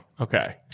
Okay